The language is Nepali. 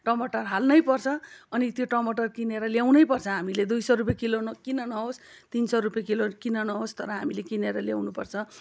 टमाटर हाल्नै पर्छ अनि त्यो टमाटर किनेर ल्याउनै पर्छ हामीले दुई सौ रुपियाँ किलो किन नहोस् तिन सौ रुपियाँ किलो किन नहोस् तर हामीले किनेर ल्याउनु पर्छ